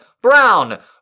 brown